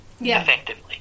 effectively